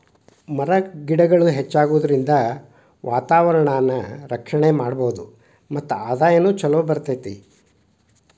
ಮರ ಗಿಡಗಳ ಹೆಚ್ಚಾಗುದರಿಂದ ವಾತಾವರಣಾನ ರಕ್ಷಣೆ ಮಾಡಬಹುದು ಮತ್ತ ಆದಾಯಾನು ಚುಲೊ ಬರತತಿ